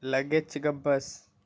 लगेच गप्प बस